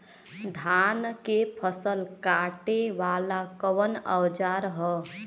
धान के फसल कांटे वाला कवन औजार ह?